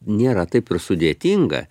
nėra taip ir sudėtinga